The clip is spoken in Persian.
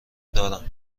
دارم